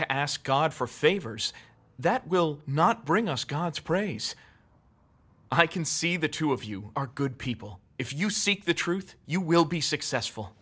to ask god for favors that will not bring us god's praise i can see the two of you are good people if you seek the truth you will be successful